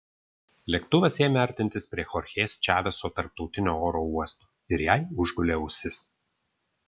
lėktuvas ėmė artintis prie chorchės čaveso tarptautinio oro uosto ir jai užgulė ausis